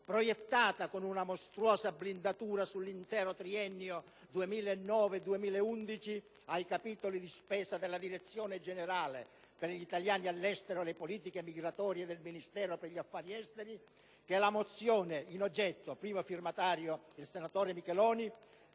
(proiettata con una mostruosa blindatura sull'intero triennio 2009-2011) ai capitoli di spesa della Direzione generale per gli italiani all'estero e le politiche migratorie del Ministero per gli affari esteri, che con la mozione in oggetto, di cui è primo firmatario il senatore Micheloni,